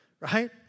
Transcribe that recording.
right